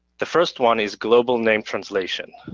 the first one is global name translation.